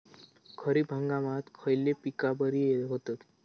खरीप हंगामात खयली पीका बरी होतत?